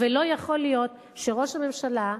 ולא יכול להיות שראש הממשלה,